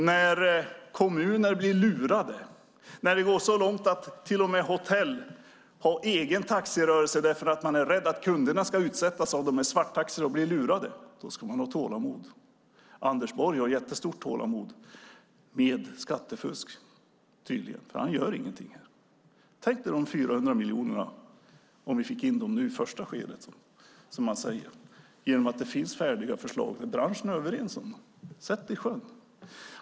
När kommuner blir lurade, och det går så långt att till och med hotell har egen taxirörelse därför att de är rädda att kunderna ska utsättas för svarttaxibilar och bli lurade, då ska man ha tålamod. Anders Borg har tydligen ett jättestort tålamod med skattefusk eftersom han inte gör någonting. Tänk om vi fick in de 400 miljonerna i det första skedet genom att det finns färdiga förslag som branschen är överens om. Sätt det i sjön!